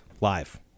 live